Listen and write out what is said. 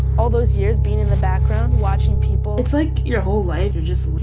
all those years being in the background, watching people. it's like your whole life you're just.